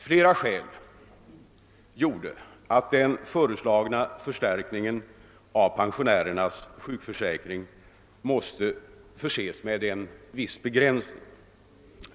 Flera skäl gjorde att den föreslagna förstärkningen av pensionärernas sjukförsäkring måste förses med en viss begränsning.